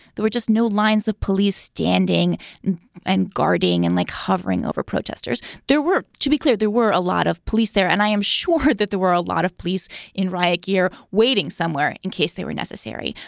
there were just no lines of police standing and guarding and like hovering over protesters. there were to be cleared. there were a lot of police there and i am sure heard that there were a lot of police in riot gear waiting somewhere in case they were necessary.